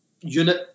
unit